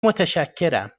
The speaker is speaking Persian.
متشکرم